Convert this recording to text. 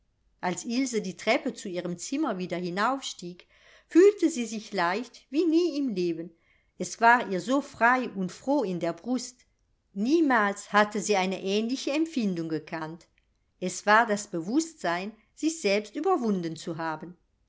als ilse die treppe zu ihrem zimmer wieder hinaufstieg fühlte sie sich leicht wie nie im leben es war ihr so frei und froh in der brust niemals hatte sie eine ähnliche empfindung gekannt es war das bewußtsein sich selbst überwunden zu haben